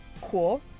cool